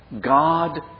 God